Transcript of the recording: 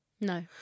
No